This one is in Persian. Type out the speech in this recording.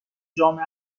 جامعه